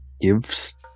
gives